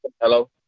hello